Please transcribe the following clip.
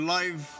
live